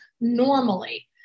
normally